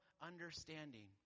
understanding